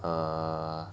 err